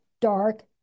dark